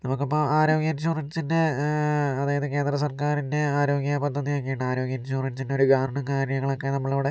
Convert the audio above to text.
നമുക്കിപ്പോൾ ആരോഗ്യ ഇൻഷുറൻസിൻ്റെ അതായത് കേന്ദ്രസർക്കാരിൻ്റെ ആരോഗ്യപദ്ധതിയൊക്കെ ഉണ്ട് ആരോഗ്യ ഇൻഷുറൻസിൻ്റെ ഒരു കാർഡും കാര്യങ്ങളൊക്കെ നമ്മളവിടെ